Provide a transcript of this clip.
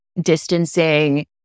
distancing